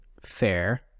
fair